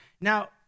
Now